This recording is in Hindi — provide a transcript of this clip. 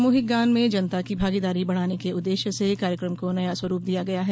सामूहिक गायन में जनता की भागीदारी बढ़ाने के उददेश्य से कार्यक्रम को नया स्वरूप दिया गया है